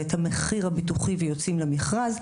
ואת המחיר הביטוחי ויוצאים למכרז,